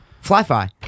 fly-fi